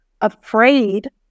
afraid